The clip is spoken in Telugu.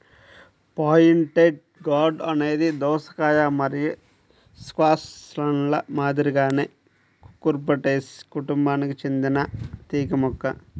పాయింటెడ్ గార్డ్ అనేది దోసకాయ మరియు స్క్వాష్ల మాదిరిగానే కుకుర్బిటేసి కుటుంబానికి చెందిన ఒక తీగ మొక్క